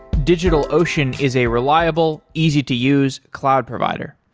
digitalocean is a reliable, easy to use cloud provider.